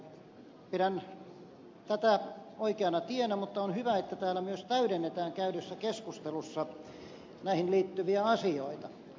pidän tätä oikeana tienä mutta on hyvä että täällä myös täydennetään käydyssä keskustelussa näihin liittyviä asioita